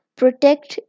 protect